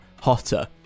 Hotter